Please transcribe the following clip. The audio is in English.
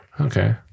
Okay